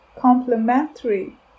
complementary